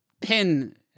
pin